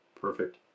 Perfect